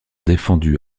défendu